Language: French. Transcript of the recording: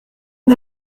est